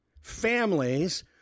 families